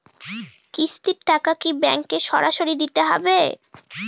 কিস্তির টাকা কি ব্যাঙ্কে সরাসরি দিতে হবে?